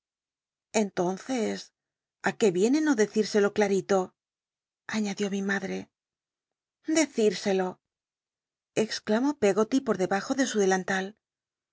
nces li qué yicnc no decírselo clarito añad ió mi mach'c decírselo exclamó peggoty por debajo de su delanta